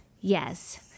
Yes